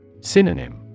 Synonym